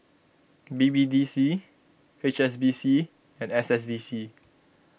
B B D C H S B C and S S D C